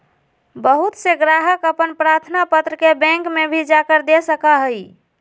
बहुत से ग्राहक अपन प्रार्थना पत्र के बैंक में भी जाकर दे सका हई